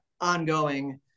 ongoing